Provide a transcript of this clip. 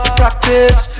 practice